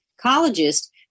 psychologist